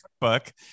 cookbook